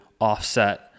offset